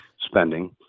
spending